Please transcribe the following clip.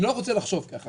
אני לא רוצה לחשוב כך.